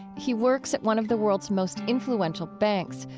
he works at one of the world's most influential banks.